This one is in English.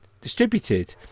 distributed